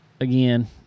again